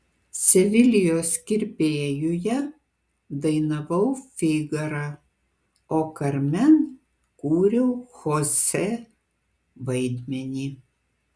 sevilijos kirpėjuje dainavau figarą o karmen kūriau chosė vaidmenį